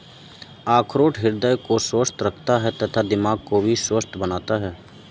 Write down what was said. अखरोट हृदय को स्वस्थ रखता है तथा दिमाग को भी स्वस्थ बनाता है